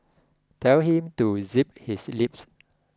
tell him to zip his lips